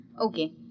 Okay